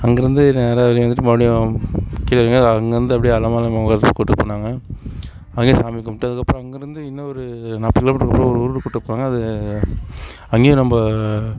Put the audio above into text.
அங்கேருந்து நேராக வெளியே வந்துட்டு மறுபடியும் கீழே இறங்கி அங்கேருந்து அப்படியே அலமேலு மங்கை கோயிலுக்கு கூட்டு போனாங்கள் அங்கேயும் சாமி கும்பிட்டுட்டு அதுக்கப்புறம் அங்கிருந்து இன்னும் ஒரு நாற்பது கிலோ மீட்ரு உள்ளே ஒரு ஊருக்கு கூட்டுப் போனாங்கள் அது அங்கேயும் நம்ம